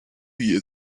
year